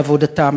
לעבודתם.